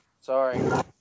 Sorry